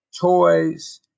toys